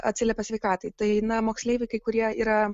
atsiliepia sveikatai tai na moksleiviai kai kurie yra